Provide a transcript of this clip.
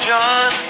John